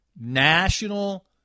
national